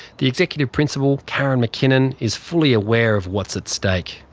the executive principal, karen mckinnon is fully aware of what's at stake.